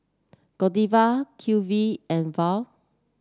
Godiva Q V and Viu